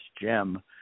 gem